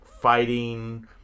fighting